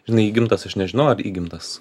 žinai įgimtas aš nežinau ar įgimtas